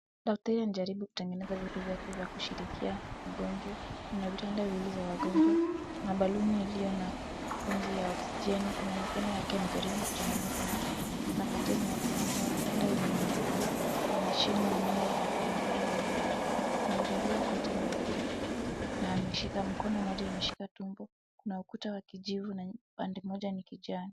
Daktari anajaribu kutengeneza vitu vya kushikilia mgonjwa. Kuna vitanda viwili vya wagonjwa kuna baluni iliyo na pumzi ya oxygen . Kuna mikono yake anajaribu kutengeneza hapo na curtain hapo nyuma vitanda yenye nyeupe na mashini yenyewe inafanya nyuma yake. Amevalia koti nyeupe na ameshika mkono mmoja ameshika tumbo kuna ukuta wa kijivu na pande moja ni kijani.